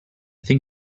think